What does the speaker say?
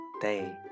day